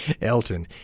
Elton